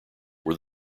were